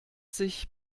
sich